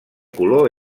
color